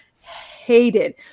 hated